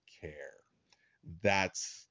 care—that's